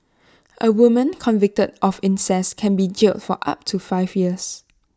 A woman convicted of incest can be jailed for up to five years